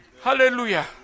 Hallelujah